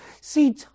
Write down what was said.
see